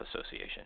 Association